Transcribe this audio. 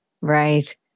right